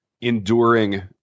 enduring